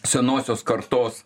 senosios kartos